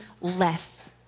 less